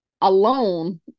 alone